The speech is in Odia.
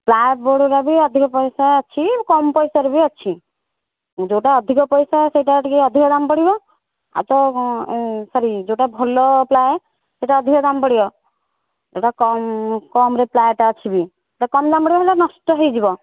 ପ୍ଲାଏ୍ ବୋର୍ଡ଼୍ର ବି ଅଧିକ ପଇସା ଅଛି କମ୍ ପଇସାରେ ବି ଅଛି ଯେଉଁଟା ଅଧିକ ପଇସା ସେଇଟା ଟିକିଏ ଅଧିକ ଦାମ୍ ପଡ଼ିବ ଆଉ ତ ସରି ଯେଉଁଟା ଭଲ ପ୍ଲାଏ ସେଇଟା ଅଧିକ ଦାମ୍ ପଡ଼ିବ ଯେଉଁଟା କମ୍ କମ୍ରେ ପ୍ଲାଏଟା ଆଛି ବି ସେଟା କମ୍ ଦାମ୍ରେ ହେଲେ ନଷ୍ଟ ହୋଇଯିବ